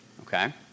Okay